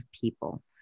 people